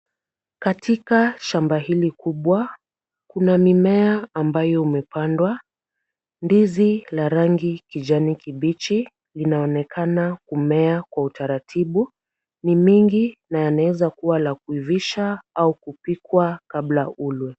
Katika shamba hili kubwa kuna mimea ambayo imepandwa. Ndizi la rangi kijani kibichi inaonekana kumea kwa utaratibu. Ni mingi na yanaweza kuwa ya kuivisha au kuikwa kabla ulwe